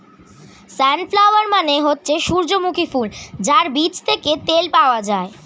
sunflower মানে হচ্ছে সূর্যমুখী ফুল যার বীজ থেকে তেল পাওয়া যায়